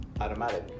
automatic